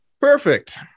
Perfect